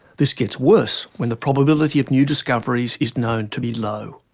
this gets worse when the probability of new discoveries is known to be low.